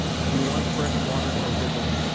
if you want fresh water or victuals,